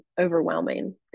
overwhelming